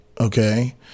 Okay